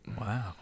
Wow